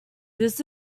this